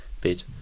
bid